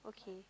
okay